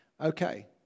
Okay